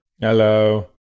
Hello